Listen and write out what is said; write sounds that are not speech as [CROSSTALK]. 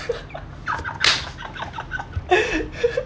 [LAUGHS]